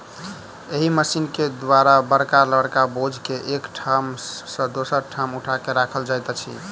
एहि मशीन के द्वारा बड़का बड़का बोझ के एक ठाम सॅ दोसर ठाम उठा क राखल जाइत अछि